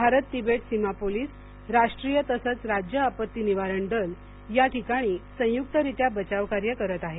Bharat Tibet सीमा police राष्ट्रीय तसंच राज्य आपत्ती निवारण दल या ठिकाणी संयुक्त रीत्या बचाव कार्य करत आहेत